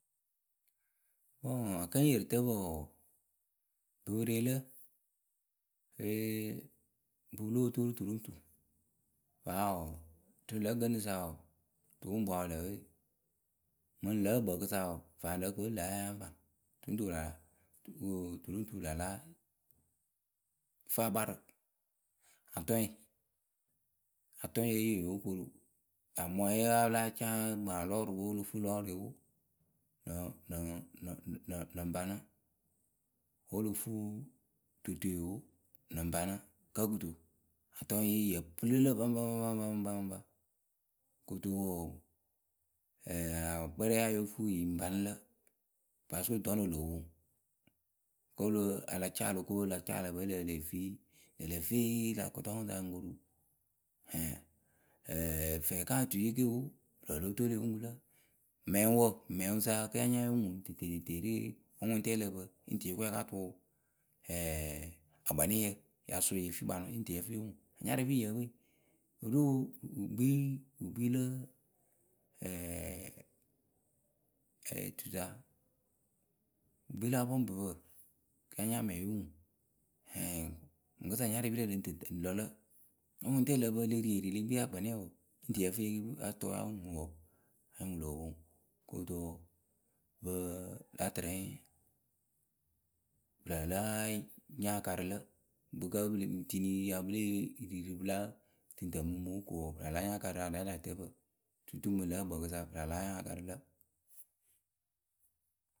Ǝkɨŋyɩrɩtǝpǝ wɔɔ, ŋpɨ pɨ re lǝ ee ŋpɨ pɨ lóo toolu tu ru ŋ tu paa wɔɔ rǝ lǝ̌ gɨŋrǝ sa wɔɔ, tupʊŋpwaa wǝ lǝǝwe. Mǝŋ lǝ̌ ǝkpǝǝkǝ sa wɔɔ, vaŋ ko wǝ́ ŋlǝ ya yáa faŋ tu ru ŋ tu wǝ laa láa fɨ akparɨ atɔŋ, atɔŋye yoo kuru lä mɔye a ya láa caa mǝŋ alɔrʊpǝwe pǝ lo fuu lɔrɩ o, lǝŋ panɨ. Wǝ́ o lo fuu totoe o lǝŋ panɨ. Kǝ́ kɨto atɔŋye yǝ pɨlɨ baŋpa baŋpa baŋpa kɨto wɔɔ ɛɛ akpɛrɛ ye ya yóo fuu yǝ ŋ panɨ lǝ parceque dɔŋrǝwe yoo poŋ. Kǝ́ a la caa o lo ko wǝ́ a la caa ǝ lǝ pǝ e leh fii lä kɨtɔŋkǝ sa o ŋ koru. Ɛ fɛɛkaŋotui ke o pɨ loo lóo toolui pɨ ŋ ku lǝ. Mɛŋwǝ. mɛŋwǝ sa kɨ ya nya nyo ŋuŋ tete ree, wǝ́ ŋʊŋtɛ lǝ pǝ yǝ ŋ tɨ lo ko la ka tʊʊ wǝ akpanɨyǝ ya sʊ ye fii kpanɨwe yǝ ŋ tɨ yǝ fɨ lo ŋuŋ. Anyarɨpi yǝǝwe. Wǝ lo ɖo wǝ kpii, wǝ kpii lǝ tuwǝsa apɔŋpǝpǝ kɨ la nya mɛŋwǝ lo ŋuŋ mǝŋkɨsa nyar:jpirǝ lǝŋ tɨ lɔ lǝ. Wǝ́ ŋʊŋtɛ lǝ pǝ le rieeri le kpii akpɛnɛŋ wɔɔ yǝ ŋ tɨ lǝ fɨ la tʊ yo ŋuŋ wɔɔ, anyɩŋ wǝ loo poŋ. Kɨto pɨ taa tɨrɛ pɨ laa la nya aka rǝ lǝ. ŋpɨ kǝ́ pɨ tini ya pɨ lée ri rǝ pɨlǝ tɨŋtǝǝmumuŋ ko wɔɔ, pɨ laa láa nya aka rǝ ariariatǝpǝ. tutu mǝŋ lǝ̌ ǝkpǝǝkǝsa pɨ laa láa nya aka rɨ lǝ.